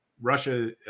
Russia